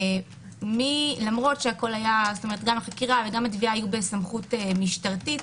למרות שגם החקירה וגם התביעה היו בסמכות משטרתית,